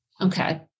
Okay